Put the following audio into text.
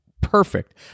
perfect